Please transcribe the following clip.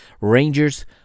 Rangers